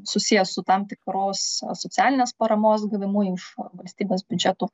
susijęs su tam tikros a socialinės paramos gavimu iš valstybės biudžetų